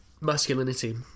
masculinity